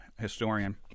historian